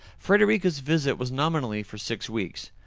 frederica's visit was nominally for six weeks,